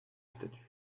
statut